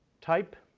type,